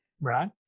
Right